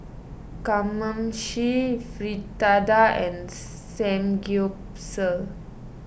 Kamameshi Fritada and Samgyeopsal